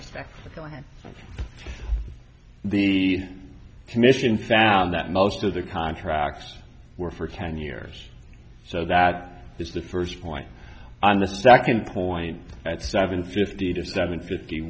respect the commission found that most of their contracts were for ten years so that is the first point and the second point at seven fifty to seven fifty